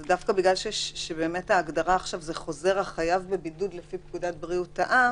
דווקא בגלל שההגדרה עכשיו זה "חוזר החייב בבידוד לפי פקודת בריאות העם"